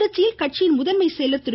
திருச்சியில் கட்சியின் முதன்மை செயலர் திரு